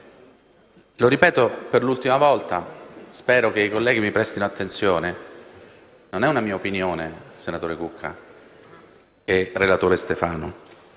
Lo ripeto per l'ultima volta, e spero che colleghi mi prestino attenzione. Non è una mia opinione, senatore Cucca e relatore Stefano,